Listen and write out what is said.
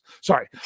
Sorry